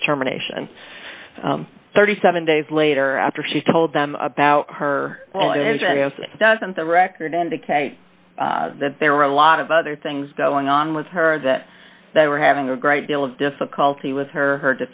for termination thirty seven days later after she told them about her doesn't the record indicate that there were a lot of other things going on with her that they were having a great deal of difficulty with her her